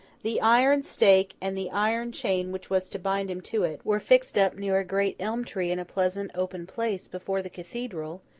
the iron stake, and the iron chain which was to bind him to it, were fixed up near a great elm-tree in a pleasant open place before the cathedral,